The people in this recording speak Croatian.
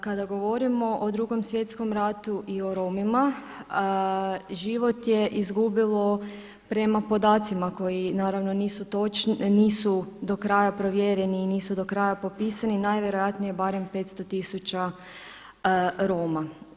Kada govorimo o Drugom svjetskom ratu i o Romima život je izgubilo prema podacima koji naravno nisu do kraja provjereni i nisu do kraja popisani najvjerojatnije barem 500 tisuća Roma.